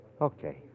Okay